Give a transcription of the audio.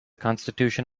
constitution